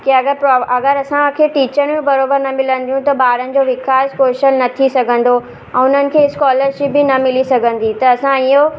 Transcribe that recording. के अगरि प्रो अगरि असांखे टीचरियूं बराबरि न मिलंदियूं त ॿारनि जो विकास कौशल न थी सघंदो ऐं उन्हनि खे स्कॉलरशिप बि न मिली सघंदी त असां इहो